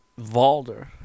Valder